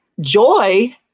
joy